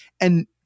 and-